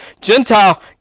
Gentile